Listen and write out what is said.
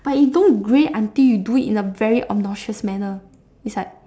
but you don't grey until you do it in a very obnoxious manner it's like